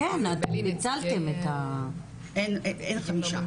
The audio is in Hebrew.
אין חמישה.